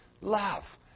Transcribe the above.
love